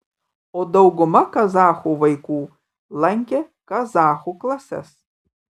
o dauguma kazachų vaikų lankė kazachų klases